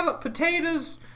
potatoes